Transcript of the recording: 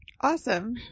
Awesome